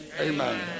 Amen